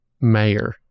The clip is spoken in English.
Mayor